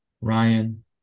ryan